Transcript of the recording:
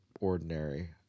ordinary